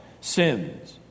sins